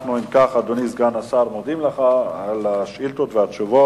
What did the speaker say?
33 בעד, אין מתנגדים ואין נמנעים.